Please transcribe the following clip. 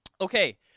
Okay